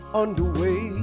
underway